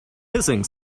hissing